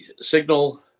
signal